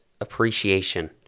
appreciation